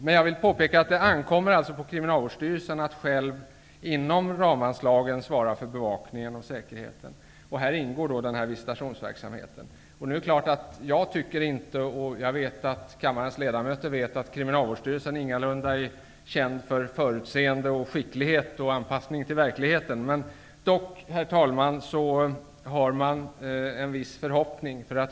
Men jag vill påpeka att det ankommer på Kriminalvårdsstyrelsen att själv inom ramanslagen svara för bevakningen och säkerheten, och häri ingår visitationsverksamheten. Jag vet att kammarens ledamöter vet att Kriminalvårdsstyrelsen ingalunda är känd för förutseende, skicklighet och anpassning till verkligheten, men man har dock, herr talman, en viss förhoppning.